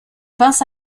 pince